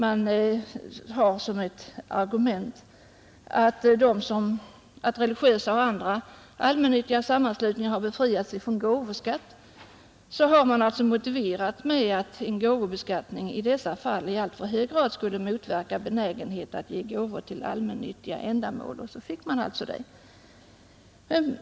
Att religiösa och andra allmännyttiga sammanslutningar har befriats från gåvoskatt har motiverats med att en gåvobeskattning i dessa fall i alltför hög grad skulle motverka benägenheten att ge gåvor till allmännyttiga ändamål. Därför genomfördes den skattebefrielsen.